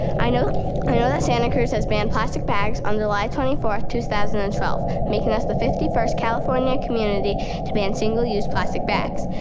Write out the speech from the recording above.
i know i know that santa cruz has banned plastic bags on july twenty fourth, two thousand and twelve, making us the fifty first california community to ban single use plastic bags.